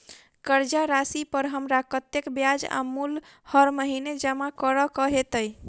कर्जा राशि पर हमरा कत्तेक ब्याज आ मूल हर महीने जमा करऽ कऽ हेतै?